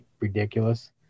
ridiculous